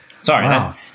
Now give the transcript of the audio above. sorry